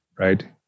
right